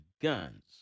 guns